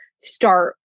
start